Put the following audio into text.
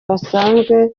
basanzwe